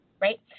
right